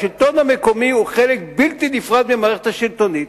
השלטון המקומי הוא חלק בלתי נפרד מהמערכת השלטונית,